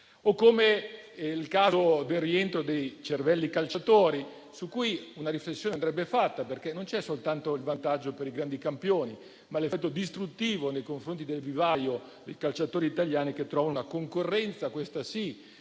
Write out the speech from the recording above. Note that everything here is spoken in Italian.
o come il caso del rientro dei cervelli dei calciatori, su cui una riflessione andrebbe fatta, perché non c'è soltanto il vantaggio per i grandi campioni, ma l'effetto distruttivo nei confronti del vivaio dei calciatori italiani che trovano una concorrenza, questa sì,